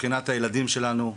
מבחינת הילדים שלנו ועתידם.